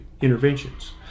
interventions